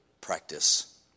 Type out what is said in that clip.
practice